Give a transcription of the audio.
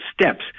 steps